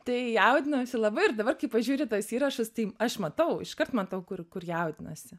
tai jaudinausi labai ir dabar kai pažiūri tuos įrašus tai aš matau iškart matau kur kur jaudinuosi